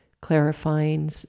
clarifying